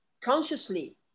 consciously